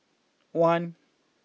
one